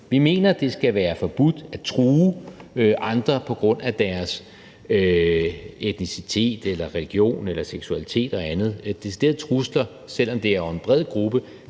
Vi mener, at det skal være forbudt at true andre på grund af deres etnicitet eller religiøsitet eller seksualitet og andet. Deciderede trusler, selv om det er over for en bred gruppe,